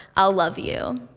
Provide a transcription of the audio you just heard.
i'll love you.